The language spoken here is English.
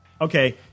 okay